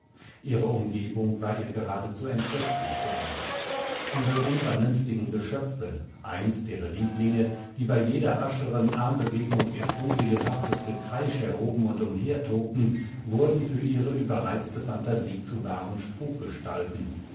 ihre umgebung war ihr geradezu entsetzlich geworden diese unvernünftigen geschöpfe einst ihre lieblinge die bei jeder rascheren armbewegung ihr furienhaftes gekreisch erhoben und umhertobten wurden für ihre überreizte phantasie zu wahren